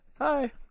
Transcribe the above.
hi